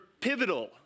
pivotal